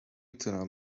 تونم